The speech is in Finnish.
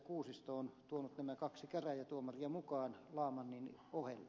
kuusisto on tuonut nämä kaksi käräjätuomaria mukaan laamannin ohelle